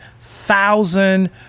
thousand